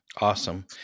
Awesome